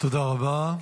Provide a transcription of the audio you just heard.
תודה רבה.